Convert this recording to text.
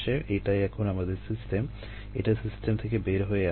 এটাই এখন আমাদের সিস্টেম এটা সিস্টেম থেকে বের হয়ে আসছে